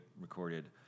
recorded